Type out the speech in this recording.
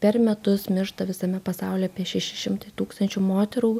per metus miršta visame pasaulyje apie šeši šimtai tūkstančių moterų